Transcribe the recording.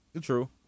true